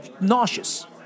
nauseous